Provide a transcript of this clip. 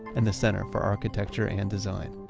and the center for architecture and design.